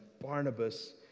barnabas